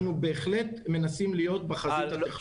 אנחנו בהחלט מנסים להיות בחזית הטכנולוגית.